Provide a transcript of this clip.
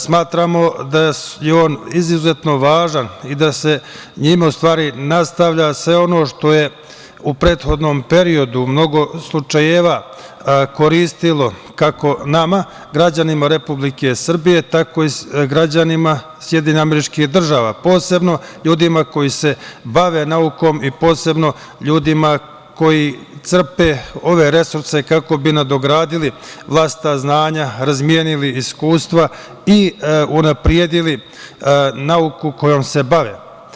Smatramo da je on izuzetno važan i da se njime nastavlja sve ono što je u prethodnom periodu mnogo slučajeva koristilo kako nama građanima Republike Srbije, tako i građanima SAD, posebno ljudima koji se bave naukom i posebno ljudima koji crpe ove resurse kako bi nadogradili vlastita znanja, razmenili iskustva i unapredili nauku kojom se bave.